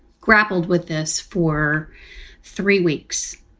grappled with this for three weeks.